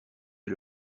est